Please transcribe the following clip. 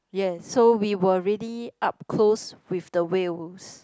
yes so we were really up close with the whales